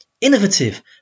innovative